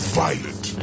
violent